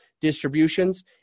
distributions